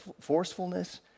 forcefulness